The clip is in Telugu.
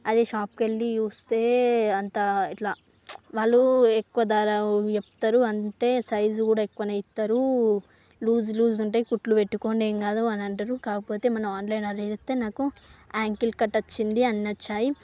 అదే షాప్ కి వెళ్ళి చూస్తే అంత ఇట్ల వాళ్ళు ఎక్కువ ధరలు చెప్తారు అంతే సైజు కూడా ఎక్కువనే ఇస్తారు లూజు లూజు ఉంటాయి కుట్లు పెట్టుకొని ఏం కాదు అంటారు కాకపోతే మనం ఆన్లైన్ అది చూస్తే నాకు యాంకిల్ కట్ వచ్చింది అన్ని వచ్చాయి